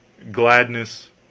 gladness,